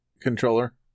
controller